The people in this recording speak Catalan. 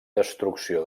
destrucció